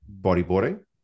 bodyboarding